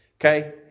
Okay